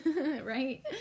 right